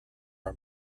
are